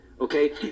okay